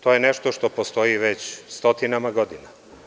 To je nešto što postoji već stotinama godina.